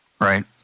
right